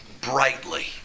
brightly